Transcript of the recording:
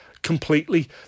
completely